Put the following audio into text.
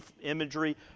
imagery